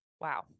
Wow